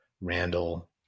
Randall